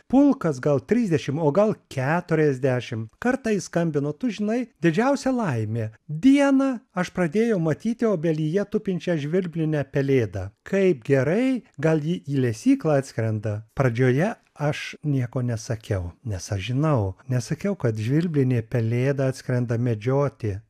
pulkas gal trisdešim o gal keturiasdešim kartą ji skambino tu žinai didžiausia laimė dieną aš pradėjau matyti obelyje tupinčią žvirblinę pelėdą kaip gerai gal ji į lesyklą atskrenda pradžioje aš nieko nesakiau nes aš žinau nesakiau kad žvirblinė pelėda atskrenda medžioti